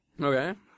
Okay